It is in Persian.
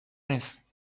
نیست